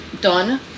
done